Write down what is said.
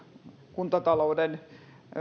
kuntatalouden